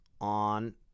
on